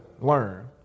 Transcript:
learn